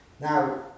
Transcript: Now